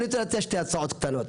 אני רוצה להציע שתי הצעות קטנות.